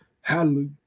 Hallelujah